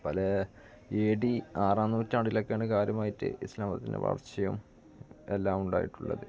പലേ A D ആറാം നൂറ്റാണ്ടിലൊക്കെയാണ് കാര്യമായിട്ട് ഇസ്ലാം മതത്തിൻ്റെ വളർച്ചയും എല്ലാം ഉണ്ടായിട്ടുള്ളത്